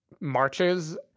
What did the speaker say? marches